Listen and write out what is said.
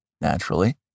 Naturally